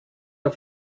der